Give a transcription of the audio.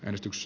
äänestys